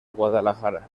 guadalajara